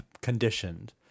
conditioned